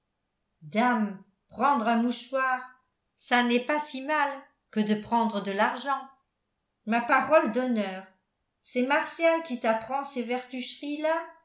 dame prendre un mouchoir ça n'est pas si mal que de prendre de l'argent ma parole d'honneur c'est martial qui t'apprend ces